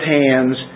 hands